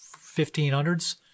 1500s